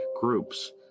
groups